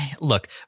Look